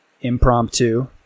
impromptu